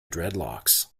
dreadlocks